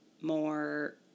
more